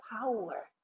power